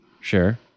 Sure